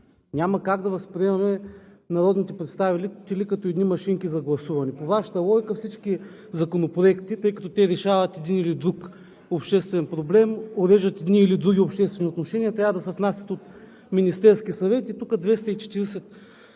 Няма как да възприемаме народните представители като едни машинки за гласуване. По Вашата логика всички законопроекти, тъй като те решават един или друг обществен проблем, уреждат едни или други обществени отношения, трябва да се внасят от Министерския съвет и тук 240